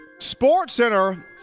SportsCenter